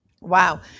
Wow